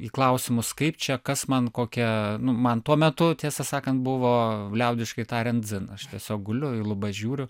į klausimus kaip čia kas man kokia nu man tuo metu tiesą sakant buvo liaudiškai tariant dzin aš tiesiog guliu į lubas žiūriu